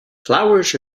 flowers